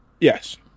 Yes